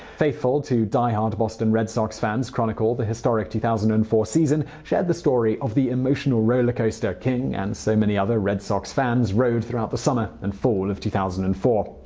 faithful two diehard boston red sox fans chronicle the historic two thousand and four season, shared the story of the emotional roller coaster king and so many other red sox fans rode throughout the summer and fall of two thousand and four.